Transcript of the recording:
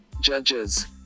judges